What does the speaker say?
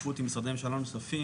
בשותפות עם משרדי ממשלה נוספים,